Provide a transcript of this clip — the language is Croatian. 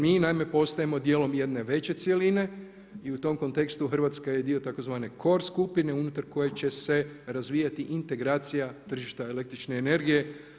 Mi naime postajemo dijelom jedne veće cjeline i u tom kontekstu Hrvatska je cio tzv. core skupine unutar koje će se razvijati integracija tržišta električne energije.